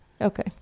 Okay